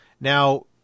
Now